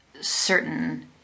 certain